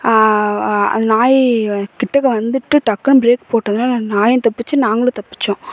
அந்த நாய் கிட்டக்க வந்துட்டு டக்குன்னு பிரேக் போட்டதுனால் அந்த நாயும் தப்பிச்சு நாங்களும் தப்பித்தோம்